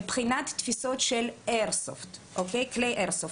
מבחינת תפיסות של איירסופט - כלי איירסופט,